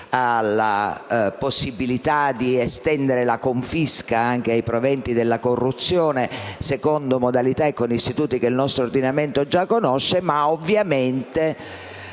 alla possibilità di estendere la confisca anche ai proventi della corruzione, secondo modalità e con istituti che il nostro ordinamento già conosce. Ovviamente